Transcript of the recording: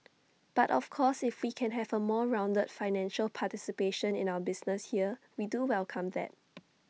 but of course if we can have A more rounded financial participation in our business here we do welcome that